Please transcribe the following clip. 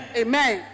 amen